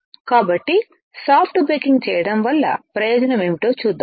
కాబట్టి soft baking చేయడం వల్ల ప్రయోజనం ఏమిటో చూద్దాం